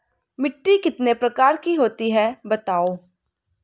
मिट्टी कितने प्रकार की होती हैं बताओ?